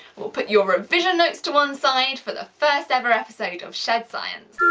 well, put your revision notes to one side for the first ever episode of shed science.